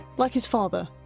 like his father,